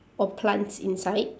or plants inside